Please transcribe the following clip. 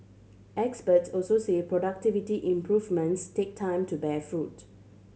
experts also say productivity improvements take time to bear fruit